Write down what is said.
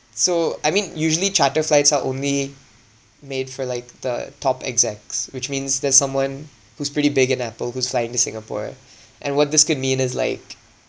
so I mean usually charter flights are only made for like the top execs which means that someone who's pretty big in Apple who's flying to singapore and what this could mean is like